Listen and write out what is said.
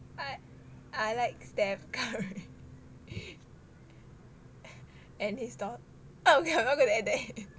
I I like steph curry and his daugh~ um okay I am not gonna add that in